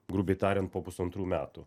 grubiai tariant po pusantrų metų